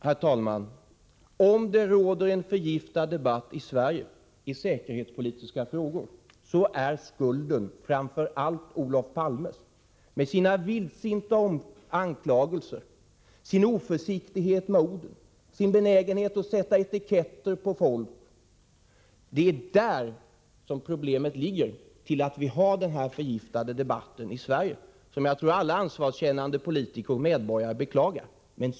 Herr talman! Om det råder en förgiftad debatt i Sverige i säkerhetspolitiska frågor, så är skulden framför allt Olof Palmes. Hans vildsinta anklagelser, hans oförsiktighet med orden, hans benägenhet att sätta etiketter på folk — det är där orsaken ligger till att vi har fått en förgiftad debatt i Sverige, som jagtror alla ansvarskännande politiker och medborgare beklagar.